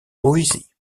poésie